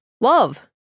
love